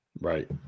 Right